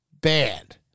bad